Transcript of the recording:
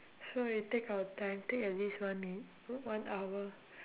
so we take our time take at least one min~ one hour